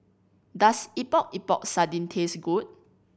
does Epok Epok Sardin taste good